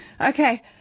Okay